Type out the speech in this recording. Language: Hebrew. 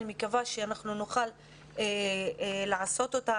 ואני מקווה שאנחנו נוכל לעשות אותה,